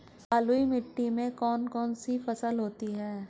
बलुई मिट्टी में कौन कौन सी फसल होती हैं?